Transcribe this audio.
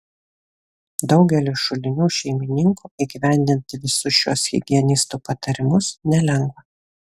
daugeliui šulinių šeimininkų įgyvendinti visus šiuos higienistų patarimus nelengva